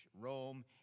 Rome